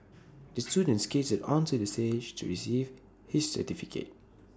the student skated onto the stage to receive his certificate